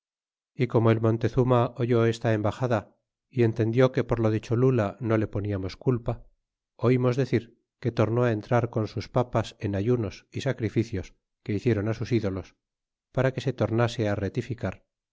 y como el montezuma oyó esta embaxada y entendió que por lo de cholula no le poniamos culpa olmos decir que tornó entrar con sus papas en ayunos e sacrificios que hicieron sus ídolos para que se tornase retificar